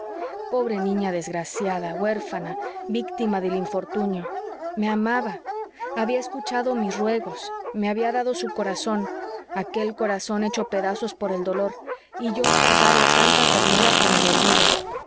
pobre niña desgraciada huérfana víctima del infortunio me amaba había escuchado mis ruegos me había dado su corazón aquel corazón hecho pedazos por el dolor y yo pagaba tanta ternura con el olvido